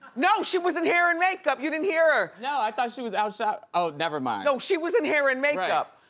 no, she was in hair and makeup. you didn't hear her. no, i thought she was out shop, oh, never mind. no, she was in hair and makeup,